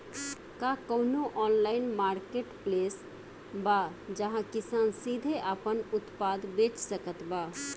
का कउनों online marketplace बा जहां किसान सीधे आपन उत्पाद बेच सकत बा?